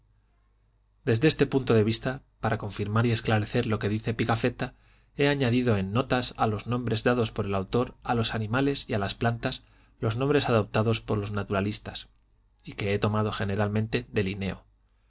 desde este punto de vista para confirmar y esclarecer lo que dice pigafetta he añadido en notas a los nombres dados por el autor a los animales y a las plantas los nombres adoptados por los naturalistas y que he tomado generalmente de